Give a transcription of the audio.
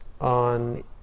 On